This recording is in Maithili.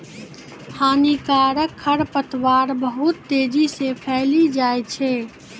हानिकारक खरपतवार बहुत तेजी से फैली जाय छै